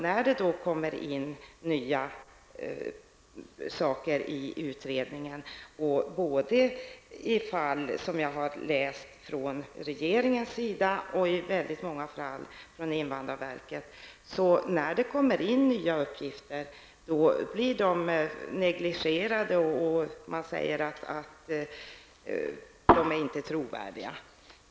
När det kommer in nya uppgifter -- både från regeringen och i väldigt många fall från invandrarverket -- blir de negligerade. Man säger att uppgifterna inte är trovärdiga.